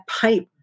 pipe